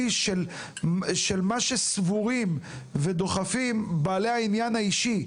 של מה שסבורים ודוחפים אותו בעלי העניין האישי,